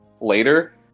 later